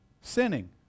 sinning